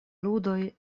ludoj